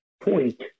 point